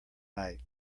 night